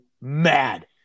mad